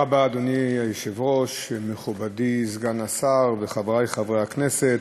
במסגרת התוכנית הושם דגש על צורכי הפריפריה וצורכי האוכלוסייה